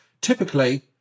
typically